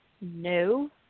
no